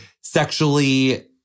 sexually